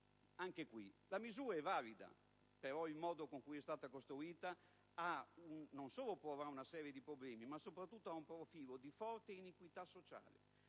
caso la misura è valida. Tuttavia, il modo con cui è stata costruita, non solo porrà una serie di problemi, ma - soprattutto - ha un profilo di forte iniquità sociale: